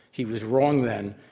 he was wrong then,